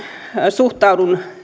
suhtaudun